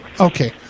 Okay